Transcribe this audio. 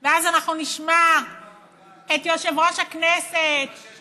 ואז אנחנו נשמע את יושב-ראש הכנסת, עוד פעם בג"ץ?